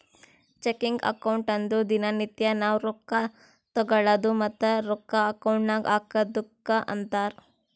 checking account ಅಂದುರ್ ದಿನಾ ನಿತ್ಯಾ ನಾವ್ ರೊಕ್ಕಾ ತಗೊಳದು ಮತ್ತ ರೊಕ್ಕಾ ಅಕೌಂಟ್ ನಾಗ್ ಹಾಕದುಕ್ಕ ಅಂತಾರ್